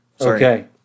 Okay